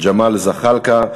ג'מאל זחאלקה,